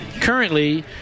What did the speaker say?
currently